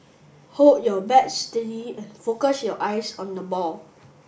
hold your bat steady and focus your eyes on the ball